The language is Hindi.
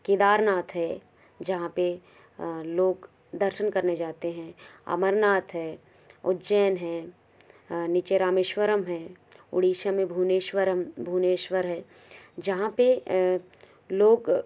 केदारनाथ है जहाँ पर लोग दर्शन करने जाते हैं अमरनाथ है उज्जैन है नीचे रामेश्वरम है उड़ीसा में भुवनेश्वरम भुवनेश्वर है जहाँ पर लोग